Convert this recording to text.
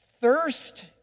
thirst